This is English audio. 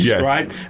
right